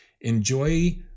Enjoy